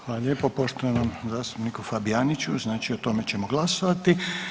Hvala lijepo poštovanom zastupniku Fabijaniću, znači o tome ćemo glasovati.